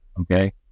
Okay